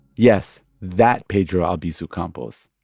yes, that pedro albizu campos.